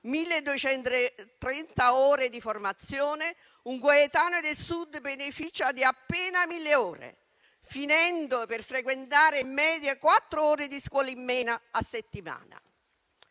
1.230 ore di formazione, un coetaneo del Sud beneficia di appena 1.000 ore, finendo per frequentare in media quattro ore di scuola in meno a settimana.